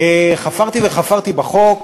חפרתי וחפרתי בחוק,